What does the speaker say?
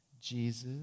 Jesus